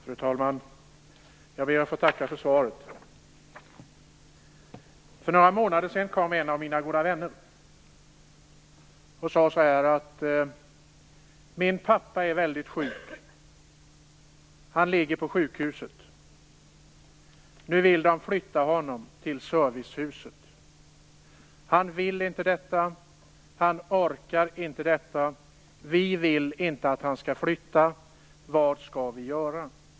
Fru talman! Jag ber att få tacka för svaret. För några månader sedan kom en av mina goda vänner och sade: Min pappa är väldigt sjuk. Han ligger på sjukhuset. Nu vill de flytta honom till servicehuset. Han vill inte och orkar inte detta. Vi vill inte att han skall flyttas. Vad skall vi göra?